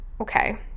okay